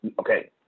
Okay